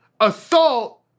assault